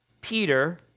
Peter